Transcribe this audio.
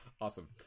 Awesome